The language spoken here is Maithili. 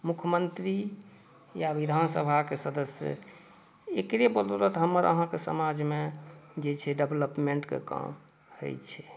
मुख्यमंत्री या विधानसभाके सदस्य एकरे बदौलत हमर अहाँके समाजमे जे छै डेवलपमेंट के काम होइ छै